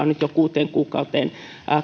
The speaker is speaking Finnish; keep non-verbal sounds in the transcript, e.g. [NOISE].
[UNINTELLIGIBLE] nyt jo kuuteen kuukauteen